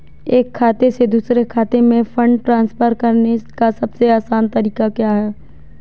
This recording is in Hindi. एक खाते से दूसरे खाते में फंड ट्रांसफर करने का सबसे आसान तरीका क्या है?